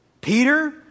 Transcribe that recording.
Peter